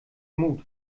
mut